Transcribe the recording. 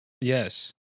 Yes